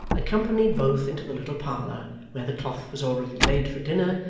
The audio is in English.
accompanied both into the little parlour where the cloth was already laid for dinner,